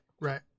Right